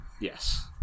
yes